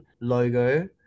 logo